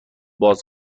باز